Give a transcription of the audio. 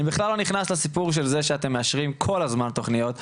אני בכלל לא נכנס לסיפור של זה שאתם מאשרים כל הזמן תוכניות,